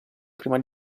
prima